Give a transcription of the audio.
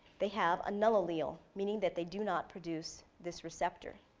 they have a null allele, meaning that they do not produce this receptor.